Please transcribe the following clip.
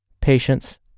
patience